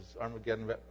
Armageddon